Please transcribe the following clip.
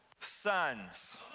sons